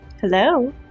Hello